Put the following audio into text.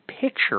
picture